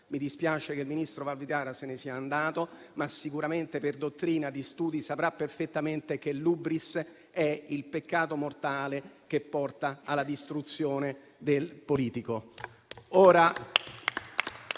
Mi dispiace che il ministro Valditara se ne sia andato, ma sicuramente per dottrina di studi saprà perfettamente che l'*hỳbris* è il peccato mortale che porta alla distruzione del politico.